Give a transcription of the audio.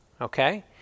okay